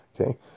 okay